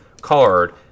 card